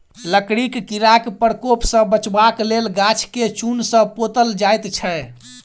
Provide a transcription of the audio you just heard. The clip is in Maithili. लकड़ीक कीड़ाक प्रकोप सॅ बचबाक लेल गाछ के चून सॅ पोतल जाइत छै